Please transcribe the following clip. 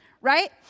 right